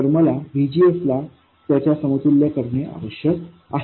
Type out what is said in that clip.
तर मला VGS ला याच्या समतुल्य करणे आवश्यक आहे